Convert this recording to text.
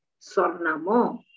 Sornamo